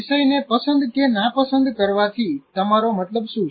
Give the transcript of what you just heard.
વિષયને પસંદ કે નાપસંદ કરવાથી તમારો મતલબ શું છે